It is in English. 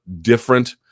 different